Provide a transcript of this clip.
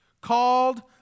Called